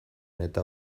eta